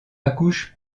accouche